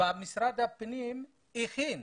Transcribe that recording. משרד הפנים הכין